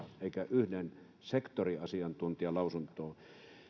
eikä yhden sektoriasiantuntijan lausuntoon